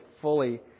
fully